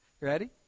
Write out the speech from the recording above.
Ready